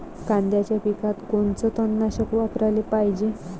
कांद्याच्या पिकात कोनचं तननाशक वापराले पायजे?